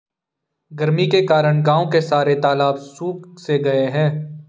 गर्मी के कारण गांव के सारे तालाब सुख से गए हैं